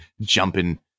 jumping